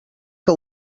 que